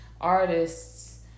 artists